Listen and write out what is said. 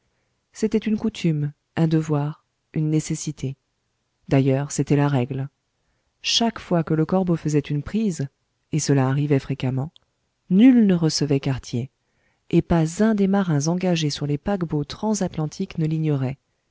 c'était une coutume un devoir une nécessitée d'ailleurs c'était la règle chaque fois que le corbeau faisait une prise et cela arrivait fréquemment nul ne recevait quartier et pas un des marins engagés sur les paquebots transatlantiques ne l'ignorait